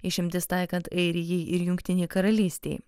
išimtis taikant airijai ir jungtinei karalystei